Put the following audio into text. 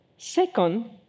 Second